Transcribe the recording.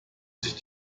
sich